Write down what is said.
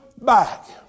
back